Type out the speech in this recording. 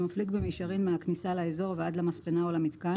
שמפליג במישרין מהכניסה לאזור ועד למספנה או למיתקן,